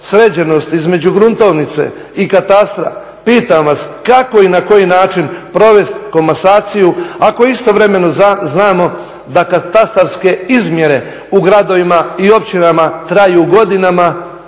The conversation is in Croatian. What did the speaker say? sređenost između gruntovnice i katastra pitam vas kako i na koji način provesti komasaciju, ako istovremeno znamo da katastarske izmjere u gradovima i općinama traju godinama,